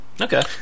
Okay